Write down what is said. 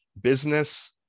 business